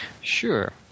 Sure